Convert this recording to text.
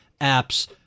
apps